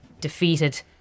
defeated